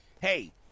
hey